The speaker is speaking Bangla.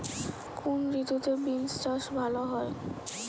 কোন ঋতুতে বিন্স চাষ ভালো হয়?